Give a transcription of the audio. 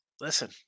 Listen